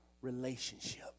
relationship